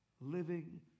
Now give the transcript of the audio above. living